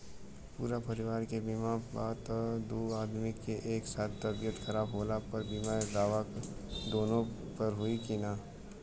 पूरा परिवार के बीमा बा त दु आदमी के एक साथ तबीयत खराब होला पर बीमा दावा दोनों पर होई की न?